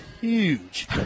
huge